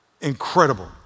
incredible